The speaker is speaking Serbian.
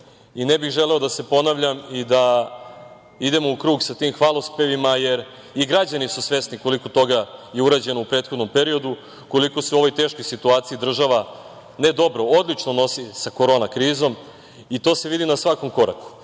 Ne bih želeo da se ponavljam i da idemo u krug sa tim hvalospevima, jer i građani su svesni koliko toga je urađeno u prethodnom periodu, koliko se u ovoj teškoj situaciji država ne dobro, odlično nosi sa korona krizom i to se vidi na svakom koraku. Ono